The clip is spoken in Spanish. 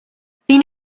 sin